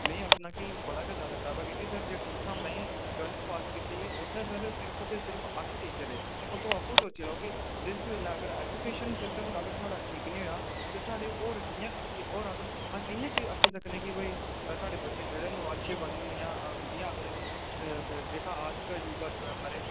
में आक्खना कि बड़ा गै जादै खराब कि के जित्थां में टवेल्थ पास कीती उत्थें सर सिर्फ ते सिर्फ अट्ठ टीचर हे ओह् तुस आपूं सोची लैओ कि जिस बेल्लै अगर ऐजूकेशन सिस्टम अगर साढ़ा ठीक निं होएआ ते साढ़े होर कि'यां होर अगर अस कि'यां आक्खी सकनेआं कि भई साढ़े बच्चे न जेह्ड़े न ओह् अच्छे बनन जां जियां आखदे कि उंदियां जेह्का आज का युवा जो है हमारे